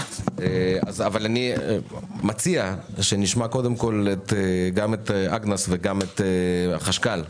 אני מציע שנשמע קודם כל גם את אגנס וגם את החשכ"ל.